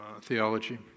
theology